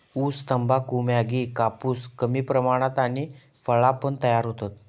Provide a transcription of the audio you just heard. ऊस, तंबाखू, मॅगी, कापूस कमी प्रमाणात आणि फळा पण तयार होतत